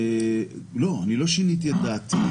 לא, אני לא שיניתי את דעתי.